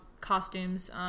costumes